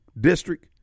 district